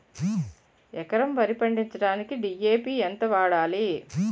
ఎకరం వరి పండించటానికి డి.ఎ.పి ఎంత వాడాలి?